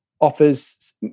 offers